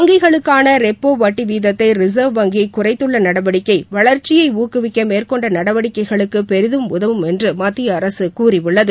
வங்கிகளுக்கான repo வட்டி வீதத்தை reserve வங்கி குறைத்துள்ள நடவடிக்கை வளர்ச்சியை ஊக்குவிக்க மேற்கொண்ட நடவடிக்கைகளுக்கு பெரிதும் உதவும் என்று மத்திய அரசு கூறியுள்ளது